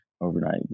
overnight